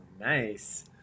Nice